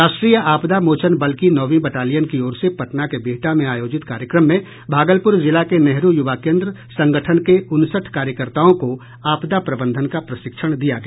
राष्ट्रीय आपदा मोचन बल की नौवीं बटालियन की ओर से पटना के बिहटा में आयोजित कार्यक्रम में भागलपुर जिला के नेहरू युवा केन्द्र संगठन के उनसठ कार्यकर्ताओं को आपदा प्रबंधन का प्रशिक्षण दिया गया